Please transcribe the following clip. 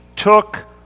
took